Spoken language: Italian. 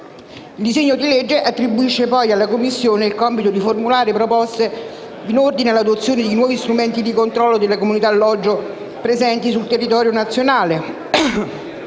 Il disegno di legge attribuisce poi alla Commissione il compito di formulare proposte in ordine all'adozione di nuovi strumenti di controllo delle comunità alloggio presenti sul territorio nazionale;